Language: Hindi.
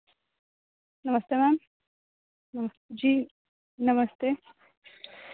नमस्ते मैम नमस्ते जी नमस्ते